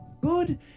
Good